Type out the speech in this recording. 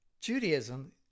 Judaism